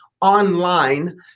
online